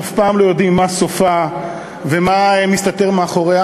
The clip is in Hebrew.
אף פעם לא יודעים מה סופה ומה מסתתר מאחוריה,